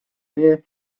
tee